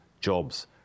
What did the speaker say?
jobs